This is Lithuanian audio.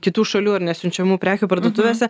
kitų šalių ar ne siunčiamų prekių parduotuvėse